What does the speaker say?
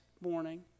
morning